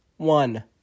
One